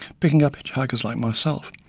picking up hitch hikers like myself.